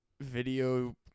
video